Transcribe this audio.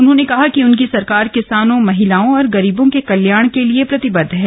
उन्होंने कहा कि उनकी सरकार किसानों महिलाओं और गरीबों के कल्याण के लिए प्रतिबद्ध है